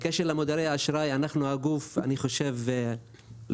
בקשר למודרי האשראי אני חושב שאנחנו הגוף היחיד,